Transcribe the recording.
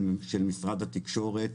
של משרד התקשורת,